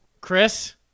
Chris